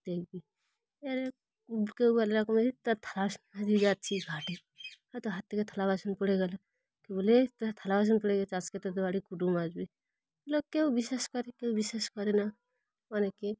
দেখবি এবারে কেউ তার থালা বাসন যাচ্ছিস ঘাটে হয়তো হাত থেকে থালা বাসন পড়ে গেলো ক বলে তার থালা বাসন পড়ে গেছে চাষ করে্রে তো বাড়ি কুটুম আসবে লোক কেউ বিশ্বাস করে কেউ বিশ্বাস করে না অনেকে